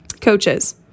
coaches